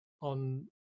on